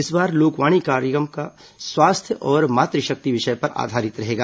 इस बार लोकवाणी का कार्यक्रम स्वास्थ्य और मातृ शक्ति विषय पर आधारित रहेगा